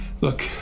Look